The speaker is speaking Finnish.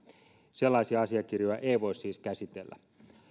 sellaisia asiakirjoja ei voi siis käsitellä